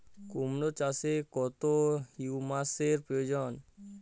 কুড়মো চাষে কত হিউমাসের প্রয়োজন?